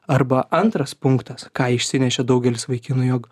arba antras punktas ką išsinešė daugelis vaikinų jog